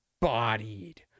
bodied